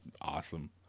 awesome